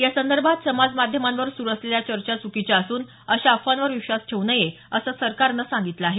यासंदर्भात समाज माध्यमांवर सुरू असलेल्या चर्चा चुकीच्या असून अशा अफवांवर विश्वास ठेवू नये असं सरकारनं सांगितलं आहे